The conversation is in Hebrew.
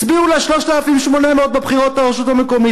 הצביעו לה 3,800 בבחירות לרשות המקומית.